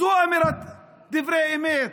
זו אמירת דברי אמת.